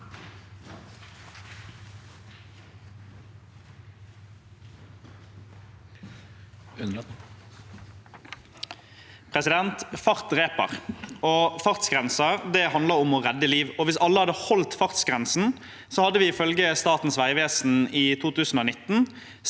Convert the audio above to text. Fart dre- per. Fartsgrenser handler om å redde liv. Hvis alle hadde holdt fartsgrensen, hadde vi ifølge Statens vegvesen i 2019